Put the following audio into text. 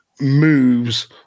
moves